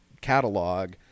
catalog